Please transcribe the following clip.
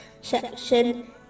section